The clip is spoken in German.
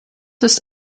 ist